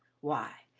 why,